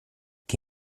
che